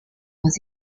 was